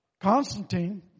Constantine